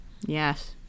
Yes